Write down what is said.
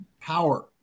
power